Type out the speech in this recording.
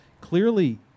clearly